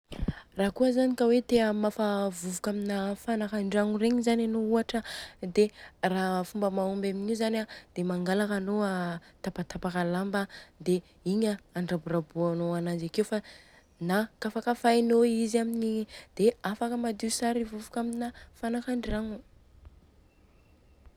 Raha kôa zany ka hoe te hamafa vovoka amina fanaka an-dragno regny zany anô ohatra a dia raha fomba mahomby aminio zany a dia mangalaka anô a tapatapaka lamba a dia igny an andraborabohanô ananjy akeo. Fa na kafakafainô izy aminy dia afaka madio tsara i vovoka amina fanaka an-dragno.